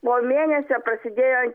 po mėnesio prasidėjo